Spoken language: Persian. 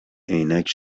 عینک